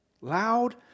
Loud